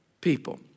people